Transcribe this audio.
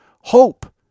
hope